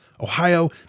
Ohio